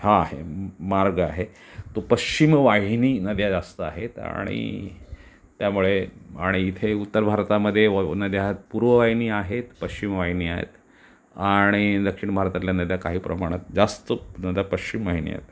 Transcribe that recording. हा आहे मार्ग आहे तो पश्चिम वाहिनी नद्या जास्त आहेत आणि त्यामुळे आणि इथे उत्तर भारतामध्ये व नद्या पूर्व वाहिनी आहेत पश्चिम वाहिनी आहेत आणि दक्षिण भारतातल्या नद्या काही प्रमाणात जास्त नद्या पश्चिम वाहिनी आहेत